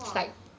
!wah!